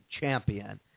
champion